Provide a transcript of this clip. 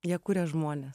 jie kuria žmones